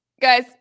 Guys